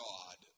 God